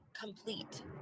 complete